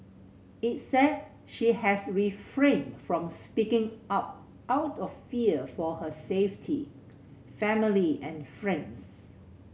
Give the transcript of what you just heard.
it said she has refrained from speaking up out of fear for her safety family and friends